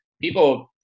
people